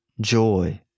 joy